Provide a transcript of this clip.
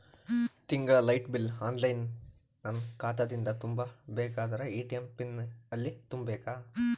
ತಿಂಗಳ light bill online ನನ್ನ ಖಾತಾ ದಿಂದ ತುಂಬಾ ಬೇಕಾದರ ಎ.ಟಿ.ಎಂ ಪಿನ್ ಎಲ್ಲಿ ತುಂಬೇಕ?